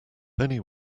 penny